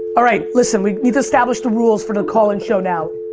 alright, listen we need to establish the rules for the call in show now.